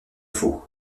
faut